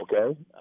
Okay